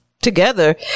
together